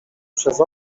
przez